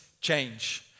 change